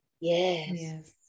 Yes